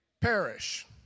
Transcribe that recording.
perish